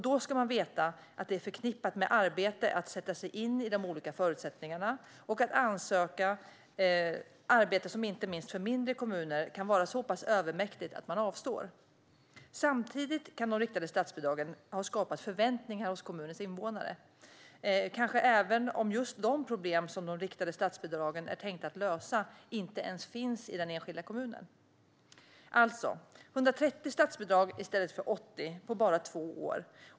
Då ska man veta att det är förknippat med arbete att sätta sig in i de olika förutsättningarna och att ansöka. Det är ett arbete som inte minst för mindre kommuner kan vara så pass övermäktigt att de avstår. Samtidigt kan de riktade statsbidragen ha skapat förväntningar hos kommunens invånare, även om just de problem som de riktade statsbidragen är tänkta att lösa inte ens finns i den enskilda kommunen. Det har alltså blivit 130 statsbidrag i stället för 80 på bara två år.